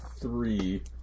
three